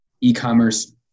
e-commerce